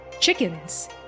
Chickens